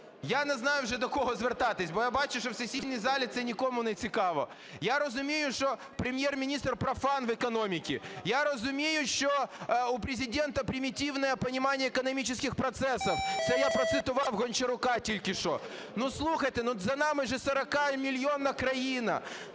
Я не знаю вже, до кого звертатися, бо я бачу, що в сесійній залі це нікому не цікаво. Я розумію, що Прем'єр-міністр профан в економіці, я розумію, що у Президента "примитивное понимание экономических процессов" (це я процитував Гончарука тільки що). Слухайте, за нами 40-мільйонна країна,